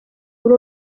buri